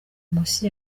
munsi